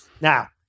Now